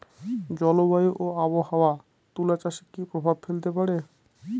জলবায়ু ও আবহাওয়া তুলা চাষে কি প্রভাব ফেলতে পারে?